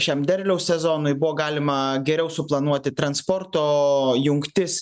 šiam derliaus sezonui buvo galima geriau suplanuoti transporto jungtis